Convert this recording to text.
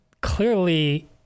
clearly